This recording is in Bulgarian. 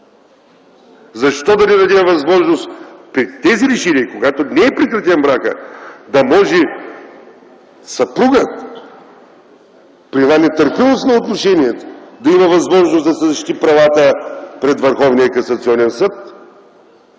защо да не дадем възможност при тези решения, когато не е прекратен брака, да може съпругът, при една нетърпимост на отношенията, да има възможност да си защити правата пред Върховния касационен съд.